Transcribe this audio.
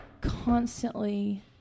constantly